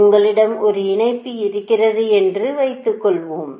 உங்களிடம் ஒரு இணைப்பு இருக்கிறது என்று வைத்துக்கொள்வோம்